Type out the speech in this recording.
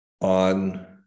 on